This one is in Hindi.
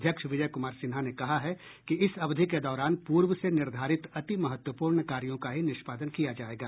अध्यक्ष विजय कुमार सिन्हा ने कहा है कि इस अवधि के दौरान पूर्व से निर्धारित अति महत्वपूर्ण कार्यों का ही निष्पादन किया जायेगा